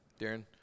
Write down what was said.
Darren